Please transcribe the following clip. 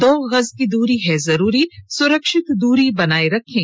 दो गज की दूरी है जरूरी सुरक्षित दूरी बनाए रखें